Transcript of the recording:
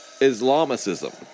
Islamicism